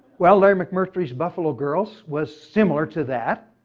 well larry mcmurtry's buffalo girls was similar to that,